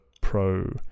pro